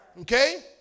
Okay